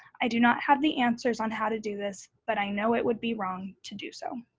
i do not have the answer on how to do this, but i know it would be wrong to do so.